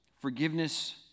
forgiveness